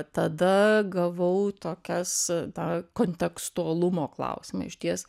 tada gavau tokias tą kontekstualumo klausimą išties